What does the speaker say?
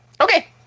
Okay